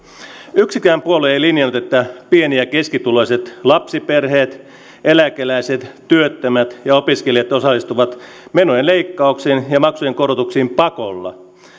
yksikään puolue ei linjannut että pieni ja keskituloiset lapsiperheet eläkeläiset työttömät ja opiskelijat osallistuvat menojen leikkauksiin ja maksujen korotuksiin pakolla